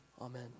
Amen